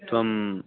त्वम्